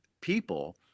people